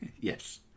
Yes